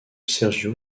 sergio